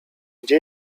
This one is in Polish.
gdzie